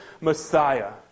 Messiah